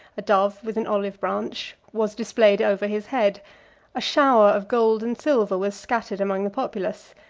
a dove with an olive branch, was displayed over his head a shower of gold and silver was scattered among the populace,